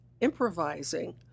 improvising